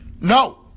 No